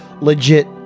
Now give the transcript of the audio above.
legit